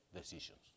decisions